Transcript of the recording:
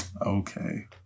okay